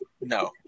No